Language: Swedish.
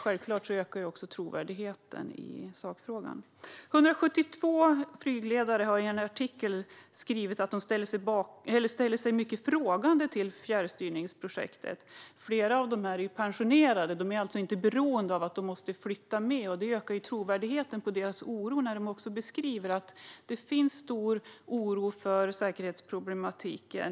Självklart ökar också trovärdigheten i sakfrågan. 172 flygledare har i en artikel skrivit att de ställer sig mycket frågande till fjärrstyrningsprojektet. Flera av dessa är nu pensionerade och behöver alltså inte flytta med, vilket ökar trovärdigheten när de beskriver att det finns stor oro för säkerhetsproblematiken.